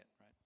right